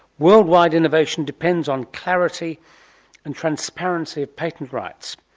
worldwide innovation depends on clarity and transparency of patent rights.